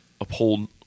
uphold